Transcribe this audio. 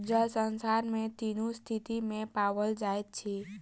जल संसार में तीनू स्थिति में पाओल जाइत अछि